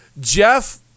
Jeff